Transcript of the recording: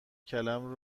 کلم